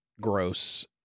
gross